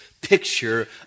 picture